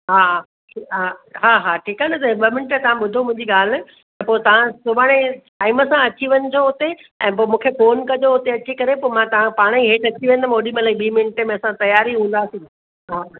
हा हा हा ठीकु आहे न ॿ मिंट तव्हां ॿुधो मुंहिंजी ॻाल्हि त पोइ तव्हां सुभाणे टाइम सां अची वञिजो हुते ऐं पोइ मूंखे फ़ोन कजो हुते अची करे पोइ मां तव्हां पाण ई हेठि अची वेंदमि ओॾीमहिल ॿी मिंट में असां तयार ई हूंदासीं हा